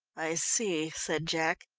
i see, said jack,